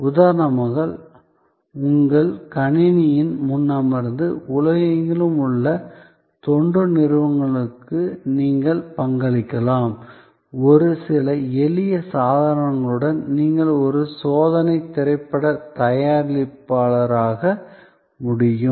உதாரணமாக உங்கள் கணினியின் முன் அமர்ந்து உலகெங்கிலும் உள்ள தொண்டு நிறுவனங்களுக்கு நீங்கள் பங்களிக்கலாம் ஒரு சில எளிய சாதனங்களுடன் நீங்கள் ஒரு சோதனை திரைப்பட தயாரிப்பாளராக முடியும்